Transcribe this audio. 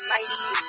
Mighty